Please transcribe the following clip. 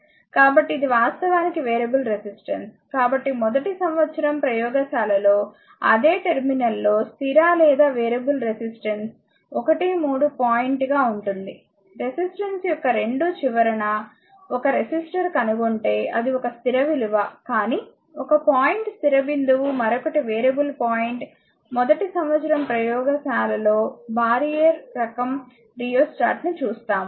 కాబట్టి ఇది వాస్తవానికి వేరియబుల్ రెసిస్టెన్స్ కాబట్టి మొదటి సంవత్సరం ప్రయోగశాలలో అదే టెర్మినల్లో స్థిర లేదా వేరియబుల్ రెసిస్టెన్స్ 1 3 పాయింట్గా ఉంటుంది రెసిస్టెన్స్ యొక్క రెండు చివరన ఒక రెసిస్టర్ కనుగొంటే అది ఒక స్థిర విలువ కానీ ఒక పాయింట్ స్థిర బిందువు మరొకటి వేరియబుల్ పాయింట్మొదటి సంవత్సరం ప్రయోగశాల లో బారియర్ రకం రియోస్టాట్ ని చూస్తాము